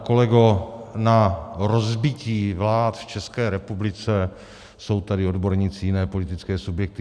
Kolego, na rozbití vlád v České republice jsou tady odborníci, jiné politické subjekty.